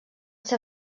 ser